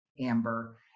Amber